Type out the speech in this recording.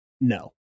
No